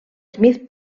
smith